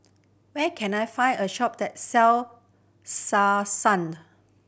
where can I find a shop that sell Selsun